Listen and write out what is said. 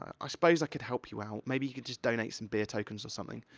i suppose i could help you out, maybe you could just donate some beer tokens, or something.